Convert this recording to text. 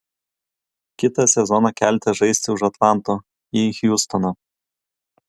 kitą sezoną keliatės žaisti už atlanto į hjustoną